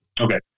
Okay